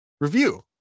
review